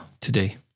today